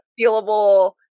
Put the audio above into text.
feelable